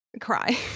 cry